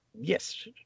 yes